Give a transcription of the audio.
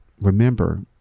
remember